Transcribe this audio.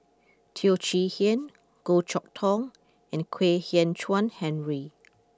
Teo Chee Hean Goh Chok Tong and Kwek Hian Chuan Henry